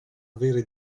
avere